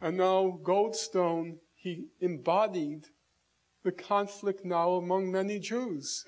i know goldstone he embodied the conflict now among many jews